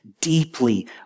deeply